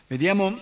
Vediamo